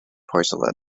porcelain